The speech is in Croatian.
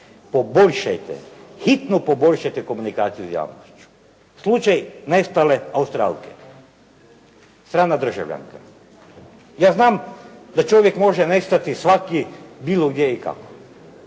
Poboljšajte, hitno poboljšajte komunikaciju s javnošću. Slučaj nestale Australke. Strana državljanka. Ja znam da čovjek može nestati svaki bilo gdje i kako.